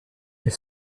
elle